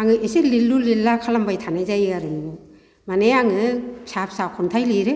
आङो एसे लिरलु लिरला खालामबाय थानाय जायो आरो न'आव माने आङो फिसा फिसा खन्थाइ लिरो